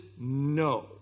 no